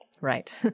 Right